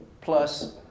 plus